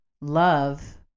love